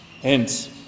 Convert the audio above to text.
Hence